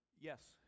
Yes